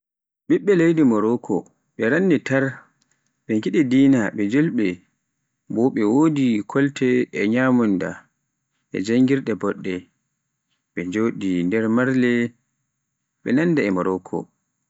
ɓiɓɓe leydi Aljeriya, ɓe rannti tar ɓe ngiɗi dina ɓe julɓe, bo ɓe wodi kolte e nyamunda e janngirde boɗɗe, ɓe njoɗe nder marle, ɓe nannda e Moroko.